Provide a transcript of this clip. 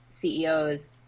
CEOs